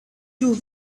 two